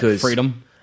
freedom